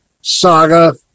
saga